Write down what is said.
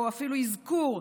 או אפילו אזכור,